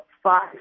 five